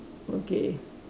okay